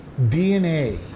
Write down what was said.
DNA